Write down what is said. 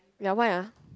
ya why ah